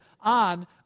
on